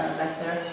better